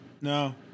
No